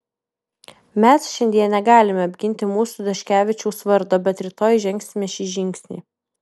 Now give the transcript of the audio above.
mes šiandien negalime apginti mūsų daškevičiaus vardo bet rytoj žengsime šį žingsnį